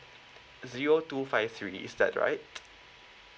zero two five three is that right